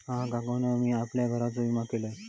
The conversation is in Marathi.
हा, काकानु मी आपल्या घराचो विमा केलंय